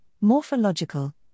morphological